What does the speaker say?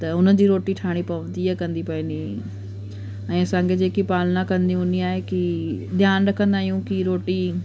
त उन जी रोटी ठाहिणी पवंदी तीअं कंदी पंहिंजी ऐं असां बि जेकी पालना कंदी हूंदी आहे की ध्यानु रखंदा आहियूं की रोटी